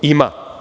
Ima.